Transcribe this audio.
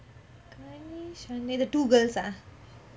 ganesh அண்ணே:anneh the girls ah